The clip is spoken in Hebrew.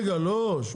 רגע, לא.